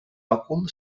òcul